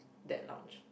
that lounge